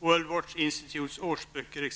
Worldswatch Institutes årsböcker.